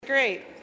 Great